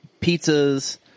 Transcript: pizzas